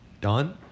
done